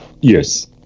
Yes